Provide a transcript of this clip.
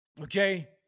okay